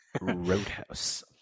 Roadhouse